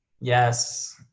yes